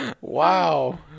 Wow